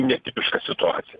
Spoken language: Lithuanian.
ne tipišką situaciją